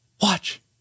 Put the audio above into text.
watch